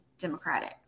democratic